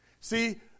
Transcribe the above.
See